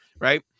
right